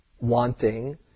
wanting